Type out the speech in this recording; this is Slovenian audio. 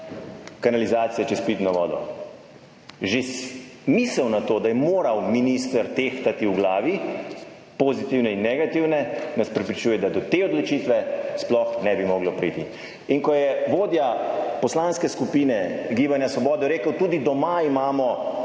kanalizacije čez pitno vodo. Že misel na to, da je moral minister tehtati v glavi pozitivne in negativne, nas prepričuje, da do te odločitve sploh ne bi moglo priti. In ko je vodja poslanske skupine Gibanja svobode rekel, tudi doma imamo